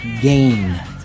gain